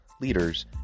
leaders